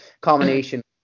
combination